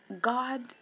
God